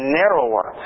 narrower